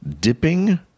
dipping